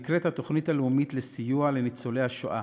הנקראת "התוכנית הלאומית לסיוע לניצולי השואה",